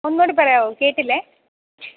ഒന്നുകൂടെ പറയാമോ കേട്ടില്ല